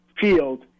field